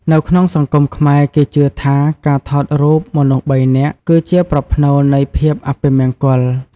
នៅក្នុងសង្គមខ្មែរគេជឿថា ការថតរូបមនុស្សបីនាក់ គឺជាប្រផ្នូលនៃភាពអពមង្គល។